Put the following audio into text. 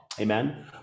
amen